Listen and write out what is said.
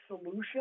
solution